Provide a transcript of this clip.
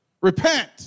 repent